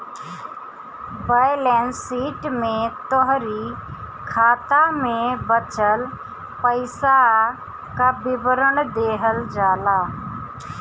balance sheet में तोहरी खाता में बचल पईसा कअ विवरण देहल जाला